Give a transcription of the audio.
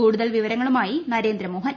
കൂടുതൽ വിവരങ്ങളുമായി നരേന്ദ്ര മോഹൻ